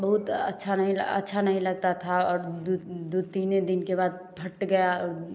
बहुत अच्छा नहीं अच्छा नहीं लगता था और दो दो तीन ही दिन के बाद फट गया